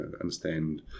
understand